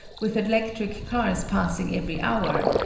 with electric cars passing every hour,